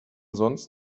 sonst